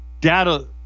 data